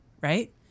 right